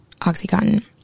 Oxycontin